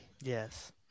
Yes